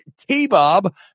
TBOB